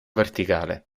verticale